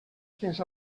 fins